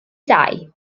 ddau